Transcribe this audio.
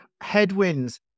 headwinds